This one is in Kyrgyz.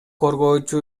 коргоочу